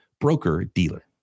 broker-dealer